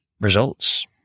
results